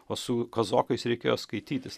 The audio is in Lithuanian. o su kazokais reikėjo skaitytis